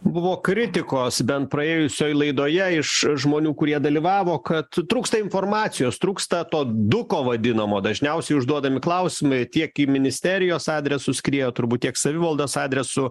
buvo kritikos bent praėjusioj laidoje iš žmonių kurie dalyvavo kad trūksta informacijos trūksta to duko vadinamo dažniausiai užduodami klausimai tiek ministerijos adresu skriejo turbūt tiek savivaldos adresu